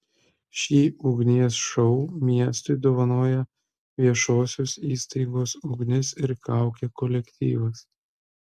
šį ugnies šou miestui dovanojo viešosios įstaigos ugnis ir kaukė kolektyvas